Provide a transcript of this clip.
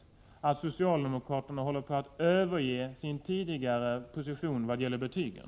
Innebär det att socialdemokraterna håller på att överge sin position i vad gäller betygen?